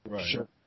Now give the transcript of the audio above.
Sure